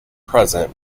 present